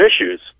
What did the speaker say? issues